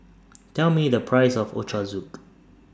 Tell Me The Price of Ochazuke